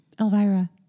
Elvira